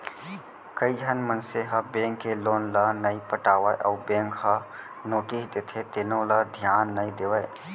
कइझन मनसे ह बेंक के लोन ल नइ पटावय अउ बेंक ह नोटिस देथे तेनो ल धियान नइ देवय